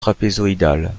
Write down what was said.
trapézoïdale